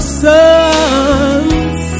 sons